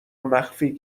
مخفی